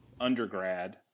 undergrad